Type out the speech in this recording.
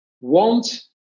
want